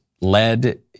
led